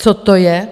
Co to je?